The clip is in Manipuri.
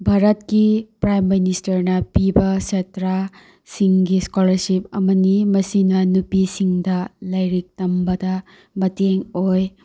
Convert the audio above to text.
ꯚꯥꯔꯠꯀꯤ ꯄ꯭ꯔꯥꯏꯝ ꯃꯤꯅꯤꯁꯇꯔꯅ ꯄꯤꯕ ꯁꯥꯠꯇ꯭ꯔꯁꯤꯡꯒꯤ ꯏꯁꯀꯣꯂꯥꯔꯁꯤꯞ ꯑꯃꯅꯤ ꯃꯁꯤꯅ ꯅꯨꯄꯤꯁꯤꯡꯗ ꯂꯥꯏꯔꯤꯛ ꯇꯝꯕꯗ ꯃꯇꯦꯡ ꯑꯣꯏ